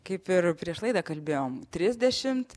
kaip ir prieš laidą kalbėjom trisdešimt